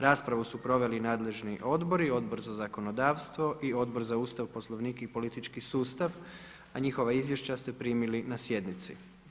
Raspravu su proveli nadležni odbori, Odbor za zakonodavstvo i Odbor za Ustav, Poslovnik i politički sustav a njihova izvješća ste primili na sjednici.